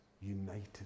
united